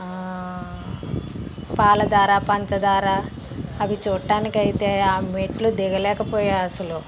పాలధార పంచదార అవి చూడడానికి అయితే ఆ మెట్లు దిగలేకపోయాను అసలు